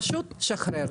פשוט שחרר.